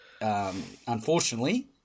unfortunately